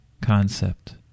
concept